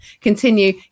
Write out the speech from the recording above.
continue